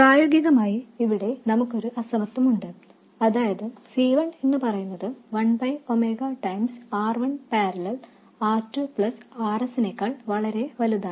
പ്രായോഗികമായി ഇവിടെ നമുക്കൊരു അസമത്വം ഉണ്ട് അതായത് C 1 എന്നുപറയുന്നത് one by omega times R 1 ∥ R 2 R s നേക്കാൾ വളരേ വലുതാണ്